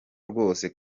rwose